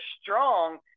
strong